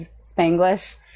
spanglish